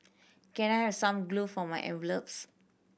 can I have some glue for my envelopes